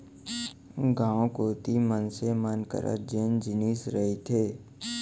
गाँव कोती मनसे मन करा जेन जिनिस रहिथे